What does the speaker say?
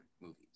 movies